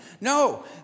No